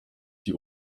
die